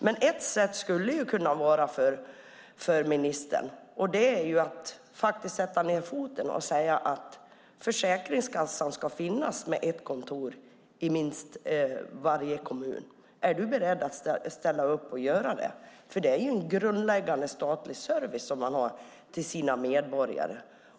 Men ett sätt för ministern skulle kunna vara att faktiskt sätta ned foten och säga att Försäkringskassan ska finnas med minst ett kontor i varje kommun. Är du beredd att ställa upp och göra det? Det är nämligen en grundläggande statlig service man har till sina medborgare.